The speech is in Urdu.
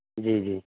جی جی